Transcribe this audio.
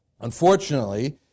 unfortunately